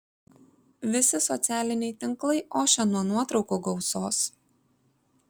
visi socialiniai tinklai ošia nuo nuotraukų gausos